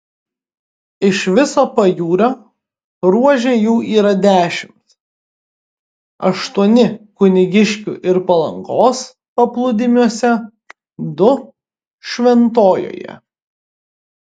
iš viso pajūrio ruože jų yra dešimt aštuoni kunigiškių ir palangos paplūdimiuose du šventojoje